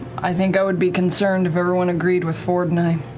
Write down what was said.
i think i would be concerned if everyone agreed with fjord and i,